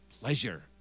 pleasure